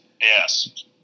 yes